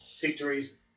victories